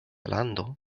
lando